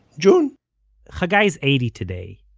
june hagai's eighty today.